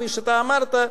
כפי שאתה אמרת,